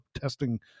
testing